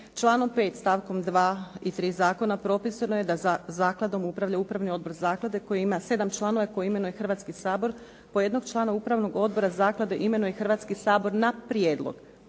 Članom 5. stavkom 2. i 3. zakona propisano je da zakladom upravlja upravni odbor zaklade koji ima 7 članova koji imenuje Hrvatski sabor po jednog člana upravnog odbora zaklade imenuje Hrvatski sabor na prijedlog,